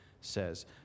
says